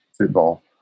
football